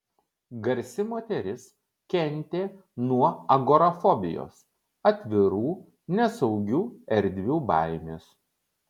garsi moteris kentė nuo agorafobijos atvirų nesaugių erdvių baimės